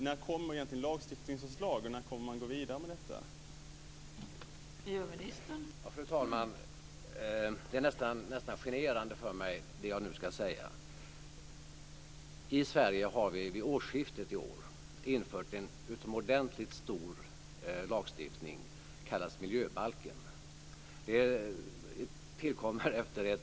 När kommer det några lagstiftningsförslag, och när kommer man att gå vidare på detta område?